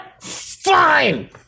Fine